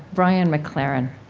brian mclaren